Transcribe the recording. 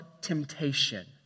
temptation